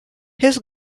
his